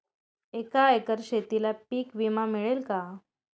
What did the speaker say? एका एकर शेतीला पीक विमा मिळेल का?